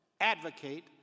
advocate